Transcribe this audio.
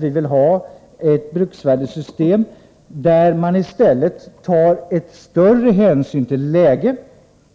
Vi vill ha ett bruksvärdessystem som tar större hänsyn till läge